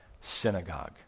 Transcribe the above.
synagogue